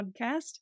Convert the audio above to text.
podcast